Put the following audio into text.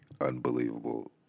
unbelievable